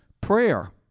Prayer